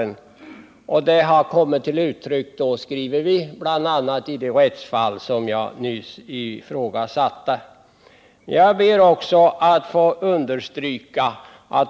Denna osäkerhet har kommit till uttryck, skriver vi, bl.a. i det rättsfall som jag nyss redogjorde för.